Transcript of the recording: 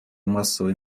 массовой